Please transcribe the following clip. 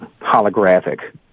holographic